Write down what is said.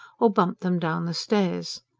or bumped them down the stairs.